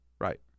Right